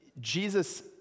Jesus